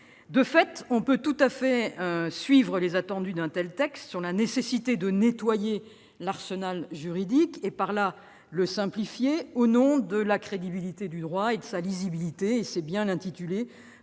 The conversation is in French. De fait, on peut tout à fait suivre les attendus d'un tel texte sur la nécessité de nettoyer l'arsenal juridique, et par là le simplifier, au nom de la crédibilité du droit et de sa lisibilité- c'est bien l'intitulé de